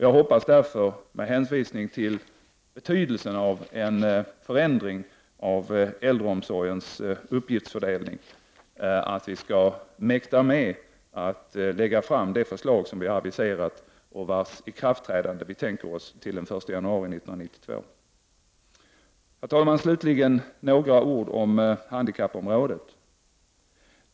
Jag hoppas därför, med hänvisning till betydelsen av en förändring av äldreomsorgens uppgiftsfördelning, att vi skall mäkta med att lägga fram de förslag som vi aviserat och vars ikraftträdande vi tänker oss till den 1 januari 1992. Herr talman! Slutligen några ord om handikappområdet.